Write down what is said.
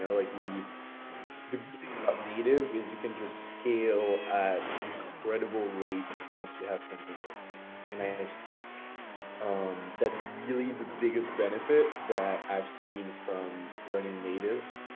yeah like the good thing about native is you can just scale at an incredible rate once you have something working. and i think that's really the biggest benefit that i've seen from running native.